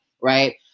right